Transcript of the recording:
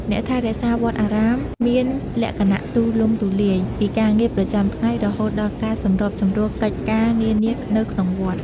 អ្នកថែរក្សាវត្តមានលក្ខណៈទូលំទូលាយ ពីការងារប្រចាំថ្ងៃរហូតដល់ការសម្របសម្រួលកិច្ចការនានានៅក្នុងវត្ត។